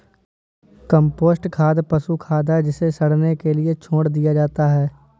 compost खाद पशु खाद है जिसे सड़ने के लिए छोड़ दिया जाता है